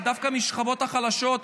דווקא מהשכבות החלשות,